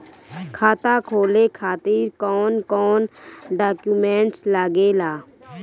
खाता खोले खातिर कौन कौन डॉक्यूमेंट लागेला?